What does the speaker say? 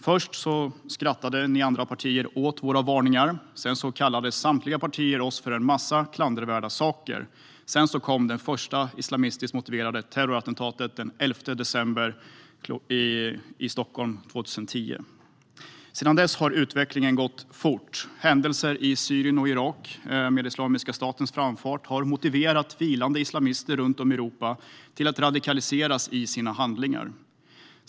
Först skrattade de andra partierna åt våra varningar. Sedan kallade samtliga partier oss för en massa klandervärda saker. Sedan kom det första islamistiskt motiverade terrorattentatet i Stockholm den 11 december 2010. Sedan dess har utvecklingen gått fort. Händelser i Syrien och Irak och Islamiska statens framfart har motiverat vilande islamister runt om i Europa att radikaliseras i sina handlingar.